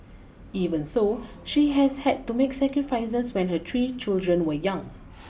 even so she has had to make sacrifices when her three children were young